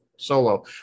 Solo